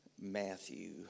Matthew